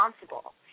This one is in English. responsible